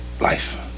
life